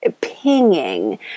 pinging